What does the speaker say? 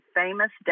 famous